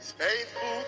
Faithful